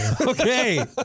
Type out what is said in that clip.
Okay